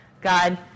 God